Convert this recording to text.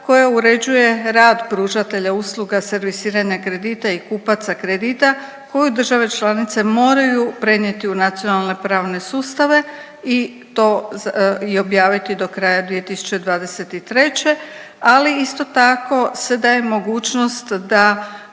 koja uređuje rad pružatelja usluga servisiranja kredita i kupaca kredita koju države članice moraju prenijeti u nacionalne pravne sustave i to objaviti do kraja 2023. Ali isto tako se daje mogućnost da